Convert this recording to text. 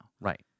Right